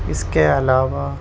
اس کے علاوہ